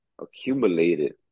accumulated